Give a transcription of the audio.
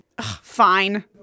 Fine